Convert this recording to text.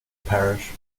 parish